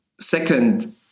second